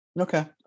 Okay